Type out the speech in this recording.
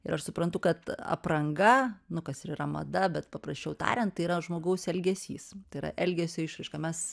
ir aš suprantu kad apranga nu kas ir yra mada bet paprasčiau tariant tai yra žmogaus elgesys tai yra elgesio išraiška mes